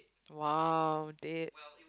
!wow! dead